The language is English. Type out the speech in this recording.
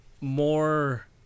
more